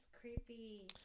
creepy